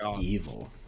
evil